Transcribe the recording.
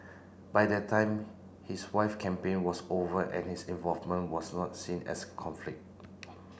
by that time his wife campaign was over and his involvement was not seen as a conflict